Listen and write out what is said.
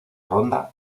ronda